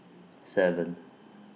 seven